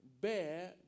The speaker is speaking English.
bear